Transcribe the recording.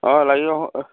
অঁ লাগিব